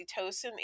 oxytocin